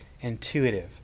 intuitive